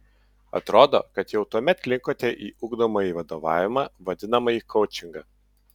atrodo kad jau tuomet linkote į ugdomąjį vadovavimą vadinamąjį koučingą